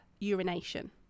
urination